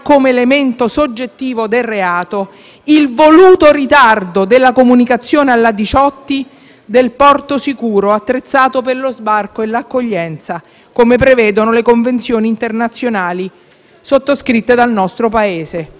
del porto sicuro attrezzato per lo sbarco e l'accoglienza, come prevedono le convenzioni internazionali sottoscritte dal nostro Paese. Sta riaccadendo. Sta accadendo, in questi minuti, in queste ore, un fatto analogo, a Lampedusa.